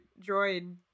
droid